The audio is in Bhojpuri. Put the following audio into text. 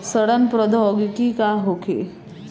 सड़न प्रधौगिकी का होखे?